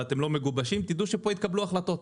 ואתם לא מגובשים תדעו שפה יתקבלו החלטות.